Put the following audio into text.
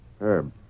Herb